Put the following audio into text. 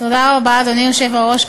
התשע"ו 2016 עברה בקריאה הראשונה,